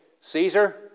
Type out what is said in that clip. Caesar